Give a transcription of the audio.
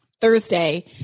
Thursday